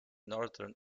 northern